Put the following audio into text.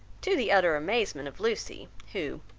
to the utter amazement of lucy, who,